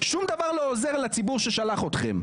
שום דבר לא עוזר לציבור ששלח אתכם.